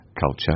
culture